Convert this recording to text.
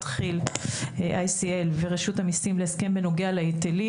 ICL ורשות המיסים להסכם בנוגע להיטלים.